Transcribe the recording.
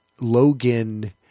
Logan